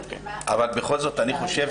אני חושב